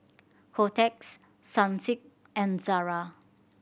Kotex Sunsilk and Zara